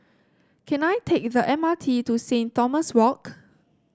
can I take the M R T to Saint Thomas Walk